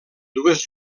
dues